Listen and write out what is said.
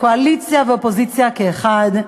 קואליציה ואופוזיציה כאחד.